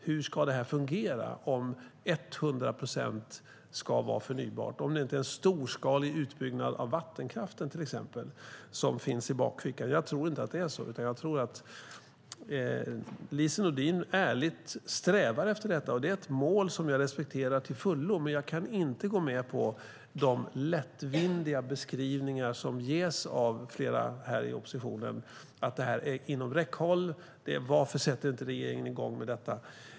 Hur ska detta fungera om 100 procent ska vara förnybart, om det inte är till exempel en storskalig utbyggnad av vattenkraften som finns i bakfickan? Jag tror inte att det är så, utan jag tror att Lise Nordin ärligt strävar efter detta. Det är ett mål jag respekterar till fullo, men jag kan inte gå med på de lättvindiga beskrivningar av att detta är inom räckhåll som ges av flera här i oppositionen, som frågar varför regeringen inte sätter i gång med detta.